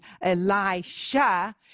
Elisha